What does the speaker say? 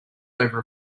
over